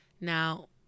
Now